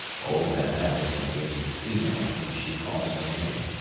old babette is an aged female whom she calls her maid.